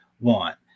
want